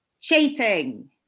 cheating